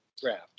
draft